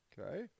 Okay